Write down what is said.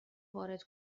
وارد